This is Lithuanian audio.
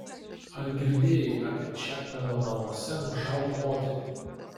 ar girdėjai apie čepmeno namuose nušautą moterį